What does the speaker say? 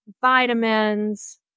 vitamins